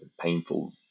painful